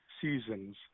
seasons